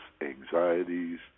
anxieties